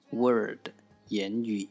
word,言语